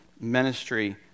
ministry